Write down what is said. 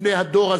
בפני הדור הזה,